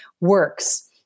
works